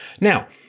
Now